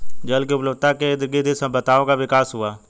जल की उपलब्धता के इर्दगिर्द ही सभ्यताओं का विकास हुआ